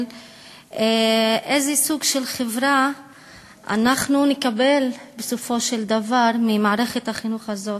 של איזה סוג של חברה אנחנו נקבל בסופו של דבר ממערכת החינוך הזאת.